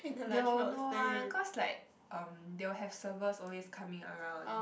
they will know one cause like um they will have servers always coming around